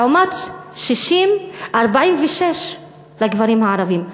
לעומת 46% לגברים הערבים.